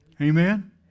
Amen